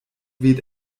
weht